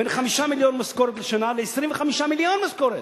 בין 5 מיליון משכורת לשנה ל-25 מיליון משכורת.